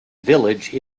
village